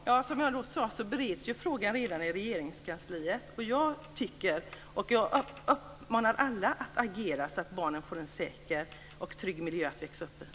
Herr talman! Som jag sade bereds frågan i Regeringskansliet. Jag uppmanar alla att agera så att barnen får en säker och trygg miljö att växa upp i.